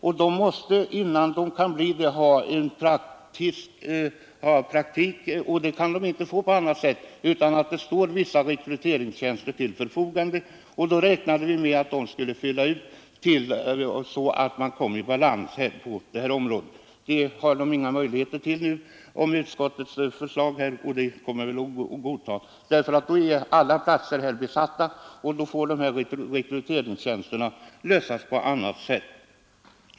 Innan de kan bli det måste de emellertid ha praktik, och det kan de inte få om det inte står vissa rekryteringstjänster till förfogande. Utredningens förslag syftade till att åstadkomma en balans i detta avseende. Om utskottets förslag godtas — och det är troligt — blir det svårare att uppnå en sådan balans. Då kommer nämligen alla tjänster redan att vara besatta, och rekryteringen får lösas på annat sätt.